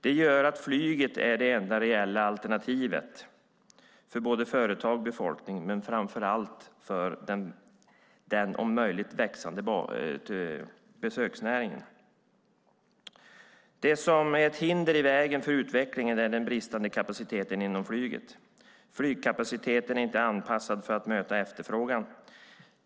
Det gör att flyget är det enda reella alternativet för både företag och befolkning men framför allt för den, om möjligt, växande besöksnäringen. Det som är ett hinder i vägen för utvecklingen är den bristande kapaciteten inom flyget. Flygkapaciteten är inte anpassad för att möta efterfrågan.